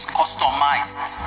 customized